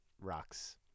rocks